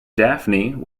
daphne